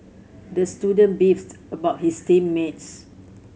the student beefed about his team mates